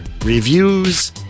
reviews